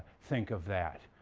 think of that.